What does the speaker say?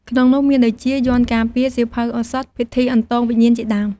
ក្នុងនោះមានដូចជា យ័ន្តការពារ សៀវភៅឱសថ ពិធីអន្ទងវិញ្ញាណជាដើម។